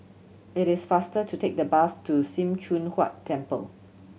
it is faster to take the bus to Sim Choon Huat Temple